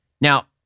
Now